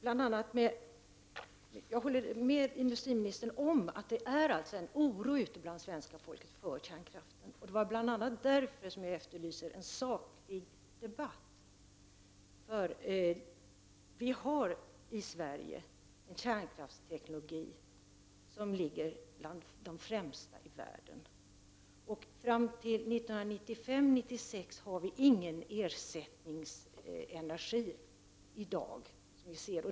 Fru talman! Jag håller med industriministern om att det råder oro ute bland det svenska folket för kärnkraften. Det är bl.a. därför jag efterlyser en saklig debatt. Vi har i Sverige en kärnkraftsteknologi som är bland de främsta i världen. Fram till 1995-1996 har vi ingen ersättningsenergi.